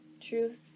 truth